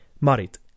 Marit